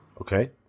Okay